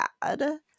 bad